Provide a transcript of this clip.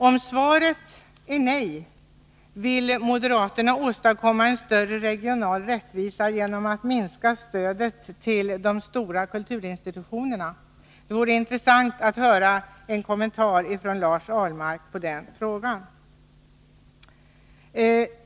Om svaret är nej, vill då moderaterna åstadkomma en större regional rättvisa genom att minska stödet till de stora kulturinstitutionerna? Det vore intressant att höra en kommentar till den frågan från Lars Ahlmark.